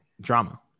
drama